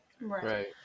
Right